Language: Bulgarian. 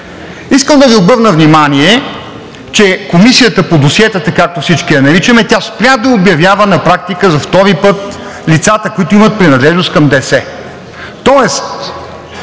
искам да Ви обърна внимание, че Комисията по досиетата, както всички я наричаме, спря на практика да обявява за втори път лицата, които имат принадлежност към ДС.